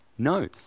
knows